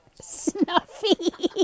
Snuffy